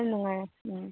ꯌꯥꯝ ꯅꯨꯡꯉꯥꯏꯔꯦ ꯎꯝ